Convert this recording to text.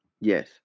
yes